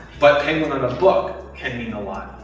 but penguin on the book can mean a lot.